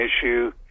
issue